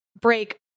break